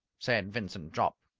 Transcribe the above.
said vincent jopp.